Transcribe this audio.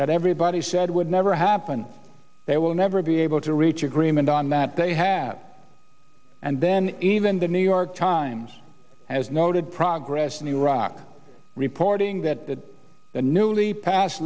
that everybody said would never happen they will never be able to reach agreement on that they have and then even the new york times has noted progress in iraq reporting that the newly pass